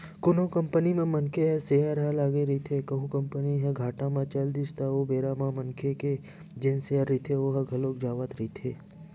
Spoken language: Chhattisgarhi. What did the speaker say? कोनो कंपनी म मनखे के सेयर ह लगे रहिथे कहूं कंपनी ह घाटा म चल दिस ओ बेरा म मनखे के जेन सेयर रहिथे ओहा घलोक जावत रहिथे